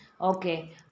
Okay